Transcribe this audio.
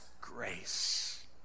grace